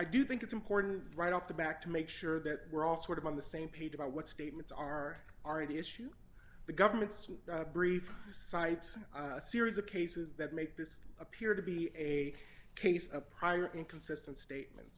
i do think it's important right off the back to make sure that we're all sort of on the same page about what statements are already issued the government's brief cites a series of cases that make this appear to be a case of prior inconsistent statement